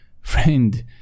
Friend